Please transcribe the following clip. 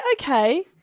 okay